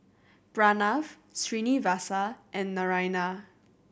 Pranav Srinivasa and Naraina